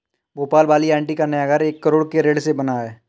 भोपाल वाली आंटी का नया घर एक करोड़ के ऋण से बना है